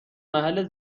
محل